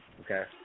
Okay